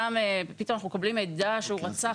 שפתאום אנחנו מקבלים מידע שבן אדם רצח